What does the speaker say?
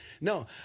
no